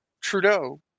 Trudeau